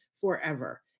forever